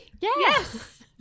Yes